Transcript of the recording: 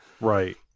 Right